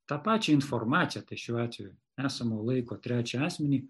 tą pačią informaciją šiuo atveju esamojo laiko trečią asmenį